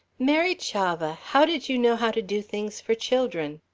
mary chavah! how did you know how to do things for children?